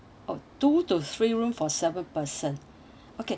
oh two to three room for seven persons okay